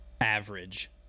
average